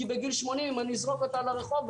בגיל 80 אם אני אזרוק אותה לרחוב,